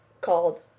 called